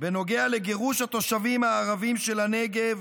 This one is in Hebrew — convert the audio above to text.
בנוגע לגירוש התושבים הערבים של הנגב